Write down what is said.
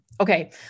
okay